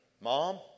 Mom